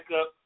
up